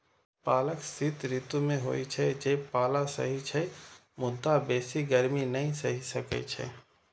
पालक शीत ऋतु मे होइ छै, जे पाला सहि सकै छै, मुदा बेसी गर्मी नै सहि सकै छै